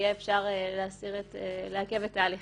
יהיה אפשר לעכב את ההליכים.